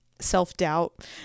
self-doubt